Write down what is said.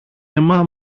αίμα